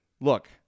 look